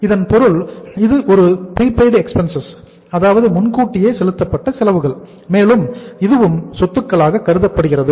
இதன் பொருள் இது ஒரு ப்ரீபெய்டு எக்ஸ்பென்ஸ் அதாவது முன்கூட்டியே செலுத்தப்பட்ட செலவுகள் மேலும் இதுவும் சொத்துக்களாக கருதப்படுகிறது